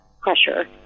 pressure